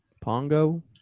Pongo